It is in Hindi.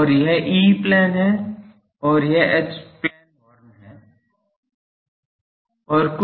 और यह ई प्लेन है और यह एच प्लेन हॉर्न है